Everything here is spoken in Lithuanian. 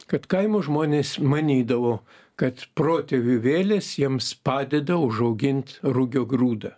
kad kaimo žmonės manydavo kad protėvių vėlės jiems padeda užaugint rugio grūdą